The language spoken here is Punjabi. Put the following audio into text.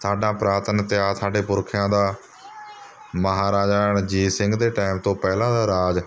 ਸਾਡਾ ਪੁਰਾਤਨ ਇਤਿਹਾਸ ਸਾਡੇ ਪੁਰਖਿਆਂ ਦਾ ਮਹਾਰਾਜਾ ਰਣਜੀਤ ਸਿੰਘ ਦੇ ਟਾਈਮ ਤੋਂ ਪਹਿਲਾਂ ਦਾ ਰਾਜ